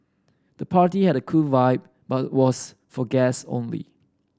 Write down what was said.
the party had a cool vibe but was for guest only